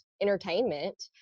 entertainment